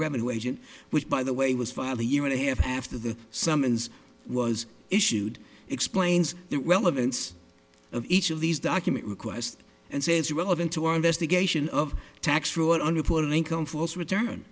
revenue agent which by the way was filed a year and a half after the summons was issued explains the relevance of each of these document requests and says relevant to our investigation of tax fraud on report an income false return